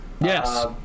Yes